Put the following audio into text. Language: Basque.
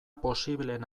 posibleen